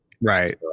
Right